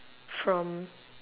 from